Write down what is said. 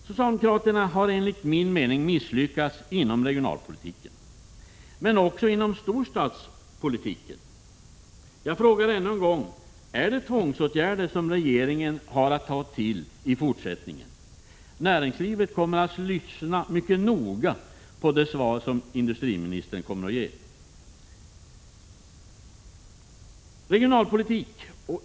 Socialdemokraterna har enligt min mening misslyckats inom regionalpoli tiken men också inom storstadspolitiken. Jag frågar ännu en gång: Är det tvångsåtgärder som regeringen har att ta till i fortsättningen? Näringslivet kommer att lyssna mycket noga på det svar som industriministern ger.